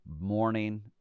morning